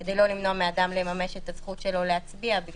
כדי לא למנוע מאדם לממש את הזכות שלו להצביע.